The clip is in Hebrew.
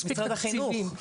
משרד החינוך,